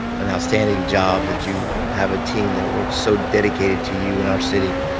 an outstanding job that you have a team that works so dedicated to you and our city.